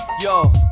Yo